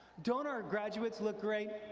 don't our graduates look great?